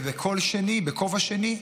ובקול שני, בכובע השני,